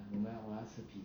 我我要吃 piz~